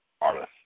Artist